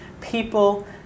people